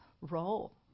role